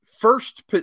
First